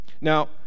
Now